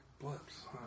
blips